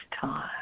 time